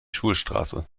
schulstraße